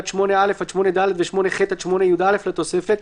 (8א) עד (8ד) ו-(8ח) עד (8יא) לתוספת,